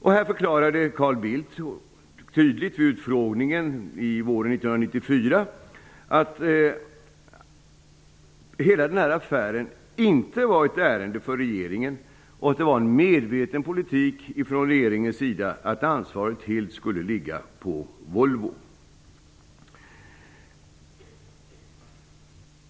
Carl Bildt förklarade tydligt vid utfrågningen våren 1994 att hela affären inte var ett ärende för regeringen och att det var en medveten politik från regeringens sida att ansvaret skulle ligga hos Volvo.